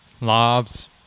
Lobs